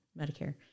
Medicare